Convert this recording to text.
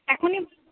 এখনই